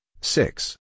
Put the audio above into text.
six